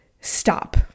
Stop